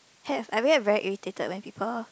have I get very irritated when people